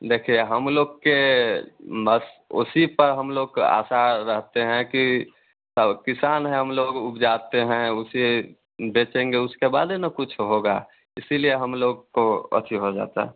देखिए हम लोग के नस उसी पर हम लोग का असा रहते हैं कि किसान है हम लोग उग जाते हैं उसे बेचेंगे उसके बाद ही ना कुछ होगा इसीलिए हम लोग को अती हो जाता है